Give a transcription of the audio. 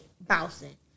bouncing